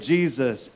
Jesus